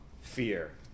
fear